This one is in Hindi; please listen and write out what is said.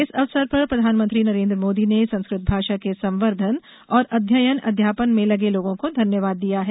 इस अवसर पर प्रधानमंत्री नरेन्द्र मोदी ने संस्कृत भाषा के संवर्द्वन और अध्ययन अध्यापन में लगे लोगों को धन्यवाद दिया है